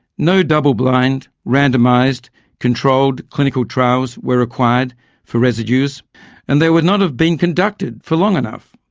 no double blind randomised controlled clinical trials were required for residues and they would not have been conducted for long enough.